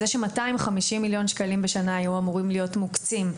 זה ש-250 מיליון ₪ בשנה היו אמורים להיות מוקצים,